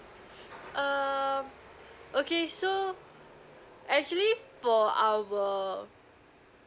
um okay so actually for our